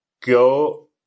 go